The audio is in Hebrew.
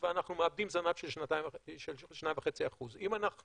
ואנחנו מאבדים זנב של 2.5%. אם אנחנו